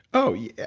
oh, yeah.